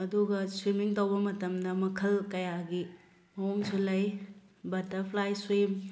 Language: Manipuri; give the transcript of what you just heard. ꯑꯗꯨꯒ ꯁ꯭ꯋꯤꯃꯤꯡ ꯇꯧꯕ ꯃꯇꯝꯗ ꯃꯈꯜ ꯀꯌꯥꯒꯤ ꯃꯑꯣꯡꯁꯨ ꯂꯩ ꯕꯇꯔꯐ꯭ꯂꯥꯏ ꯁ꯭ꯋꯤꯝ